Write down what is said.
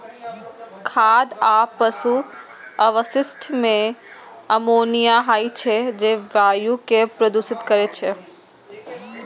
खाद आ पशु अवशिष्ट मे अमोनिया होइ छै, जे वायु कें प्रदूषित करै छै